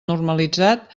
normalitzat